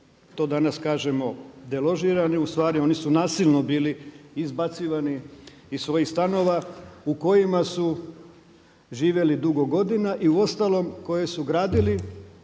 to danas kažemo deložirani, ustvari oni su nasilno bili izbacivani iz svojih stanova u kojima su živjeli dugo godina i uostalom koje su gradili